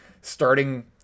starting